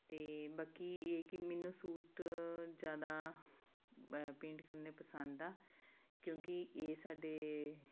ਅਤੇ ਬਾਕੀ ਇਹ ਕਿ ਮੈਨੂੰ ਸੂਟ ਜ਼ਿਆਦਾ ਪੇਂਟ ਕਰਨੇ ਪਸੰਦ ਆ ਕਿਉਂਕਿ ਇਹ ਸਾਡੇ